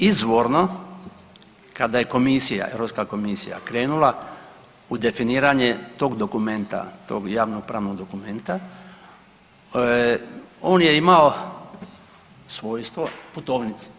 Izvorno kada je komisija, Europska komisija krenula u definiranje tog dokumenta, tog javnopravnog dokumenta, on je imao svojstvo putovnice.